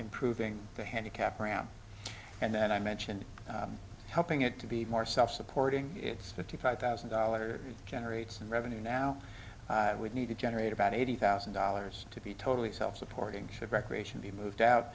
improving the handicap around and then i mentioned helping it to be more self supporting it's fifty five thousand dollars or generates revenue now i would need to generate about eighty thousand dollars to be totally self supporting should recreation be moved out